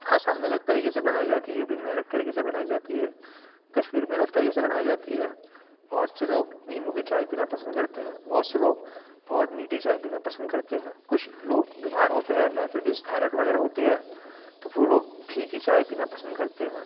آسام میں الگ طریقے سے بنائی جاتی ہے یو پی میں الگ طریقے سے بنائی جاتی ہے کشمیر میں الگ طریقے سے بنائی جاتی ہے بہت سے لوگ نیمبوں کی چائے پینا پسند کرتے ہیں بہت سے لوگ بہت میٹھی چائے پینا پسند کرتے ہیں کچھ لوگ بیمار ہوتے ہیں ڈائبٹیز تھائیرائڈ وغیرہ ہوتی ہے تو وہ لوگ پھیکی چائے پینا پسند کرتے ہیں